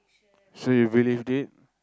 so you believed it